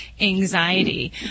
anxiety